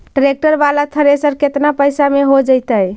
Tractor बाला thresher केतना पैसा में हो जैतै?